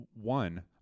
one